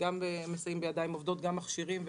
גם מסייעים בידיים עובדות, גם מכשירים.